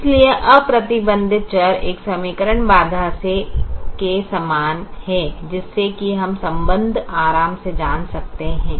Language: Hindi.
इसलिए अप्रतिबंधित चर एक समीकरण बाधा से के समान है जिससे कि हम संबंध आराम से जान सकते हैं